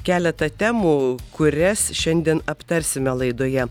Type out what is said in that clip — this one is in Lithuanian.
keletą temų kurias šiandien aptarsime laidoje